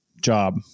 job